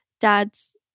dad's